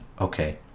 Okay